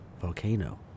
volcano